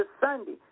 Sunday